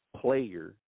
player